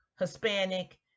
Hispanic